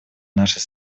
нашей